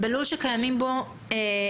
אנחנו נאמר: בלול שקיימים בו מפלסים,